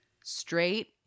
Straight